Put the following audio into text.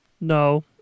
No